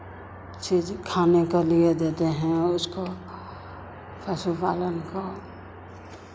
चीज़ खाने के लिए देते हैं उसको पशु पालन को